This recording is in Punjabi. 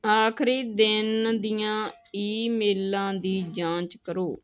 ਆਖਰੀ ਦਿਨ ਦੀਆਂ ਈਮੇਲਾਂ ਦੀ ਜਾਂਚ ਕਰੋ